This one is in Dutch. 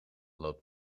loopt